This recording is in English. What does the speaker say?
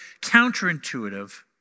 counterintuitive